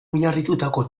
oinarritutako